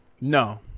No